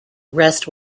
rest